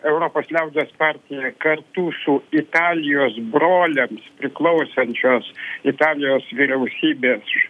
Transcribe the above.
europos liaudies partija kartu su italijos broliams priklausančios italijos vyriausybės